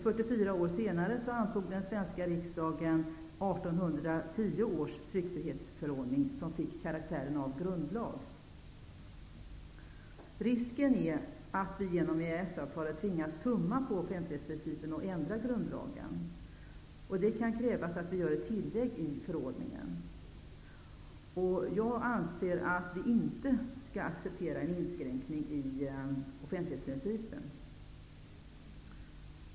44 år senare antog den svenska riksdagen 1810 års tryckfrihetsförordning, som fick karaktären av grundlag. Risken är att vi genom EES-avtalet tvingas tumma på offentlighetsprincipen och ändra grundlagen. Det kan krävas att vi gör ett tillägg i förordningen. Jag anser inte att vi skall acceptera en inskränkning i offentlighetsprincipen.